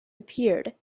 appeared